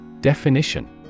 Definition